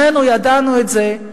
שנינו ידענו את זה,